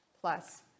plus